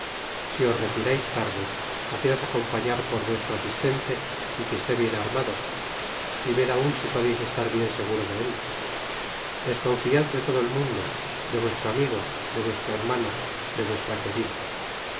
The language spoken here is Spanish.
si os retirais tarde haceos acompañar por vuestro asistente y que esté bien armado y ved aun si podeis estar bien seguro de él desconfiad de todo el mundo de vuestro amigo de vuestro hermano de vuestra querida